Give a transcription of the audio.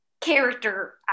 character